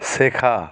শেখা